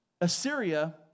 Assyria